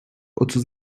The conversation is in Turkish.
otuz